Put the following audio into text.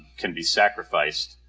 can be sacrificed